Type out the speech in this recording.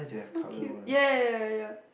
so cute ya ya ya ya ya